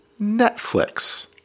Netflix